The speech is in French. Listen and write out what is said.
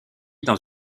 dans